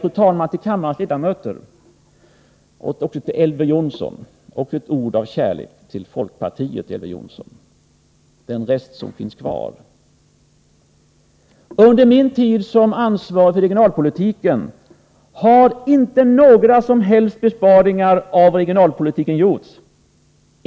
Får jag säga till kammarens ledamöter, och även till Elver Jonsson — ett ord av kärlek också till folkpartiet, den rest som finns kvar —, att under min tid som ansvarig för regionalpolitiken har inte några som helst besparingar skett på regionalpolitikens område.